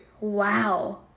Wow